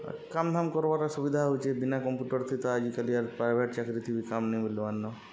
କାମ୍ଧାମ୍ କର୍ବାର୍ଟା ସୁବିଧା ହଉଚେ ବିନା କମ୍ପ୍ୟୁଟର୍ ଥି ତ ଆଜିକାଲି ଆର୍ ପ୍ରାଇଭେଟ୍ ଚାକ୍ରି ଥି ବି କାମ୍ ନି ମିଲ୍ବାନ